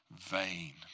vain